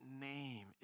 name